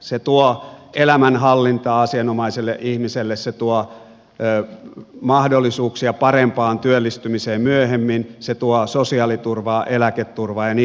se tuo elämänhallintaa asianomaiselle ihmiselle se tuo mahdollisuuksia parempaan työllistymiseen myöhemmin se tuo sosiaaliturvaa eläketurvaa ja niin edelleen